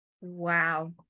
Wow